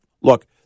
look